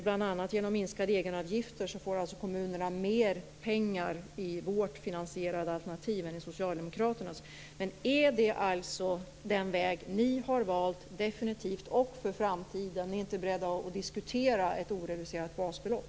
Bl.a. genom minskade egenavgifter får kommunerna mer pengar i vårt finansierade alternativ än i socialdemokraternas. Men är det alltså den väg ni har valt definitivt och för framtiden? Är ni inte beredda att diskutera ett oreducerat basbelopp?